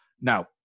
Now